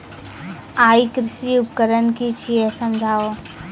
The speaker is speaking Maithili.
ई कृषि उपकरण कि छियै समझाऊ?